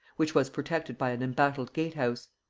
which was protected by an embattled gatehouse.